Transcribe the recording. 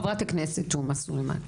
חברת הכנסת תומא סלימאן.